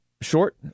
Short